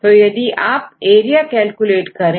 तो यदि आप एरिया कैलकुलेट करें